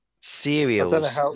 Cereals